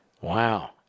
Wow